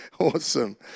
awesome